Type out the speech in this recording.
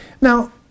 Now